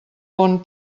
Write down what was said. bon